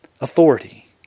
authority